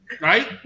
Right